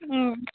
ம்